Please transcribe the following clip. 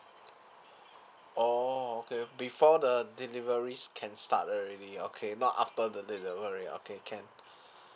orh okay before the deliveries can start already okay not after the delivery okay can